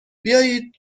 بیایید